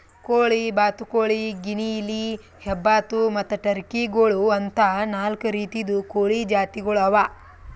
ಕೋಳಿ, ಬಾತುಕೋಳಿ, ಗಿನಿಯಿಲಿ, ಹೆಬ್ಬಾತು ಮತ್ತ್ ಟರ್ಕಿ ಗೋಳು ಅಂತಾ ನಾಲ್ಕು ರೀತಿದು ಕೋಳಿ ಜಾತಿಗೊಳ್ ಅವಾ